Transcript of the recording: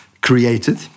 created